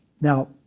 Now